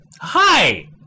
hi